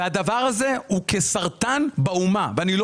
הדבר הזה הוא כסרטן באומה ואני לא